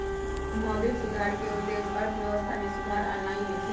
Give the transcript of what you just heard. मौद्रिक सुधार के उद्देश्य अर्थव्यवस्था में सुधार आनन्नाइ होइ छइ